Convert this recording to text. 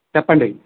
చెప్పండి